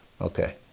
okay